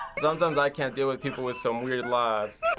sometimes i can't deal with people with some weird laughs.